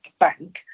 Bank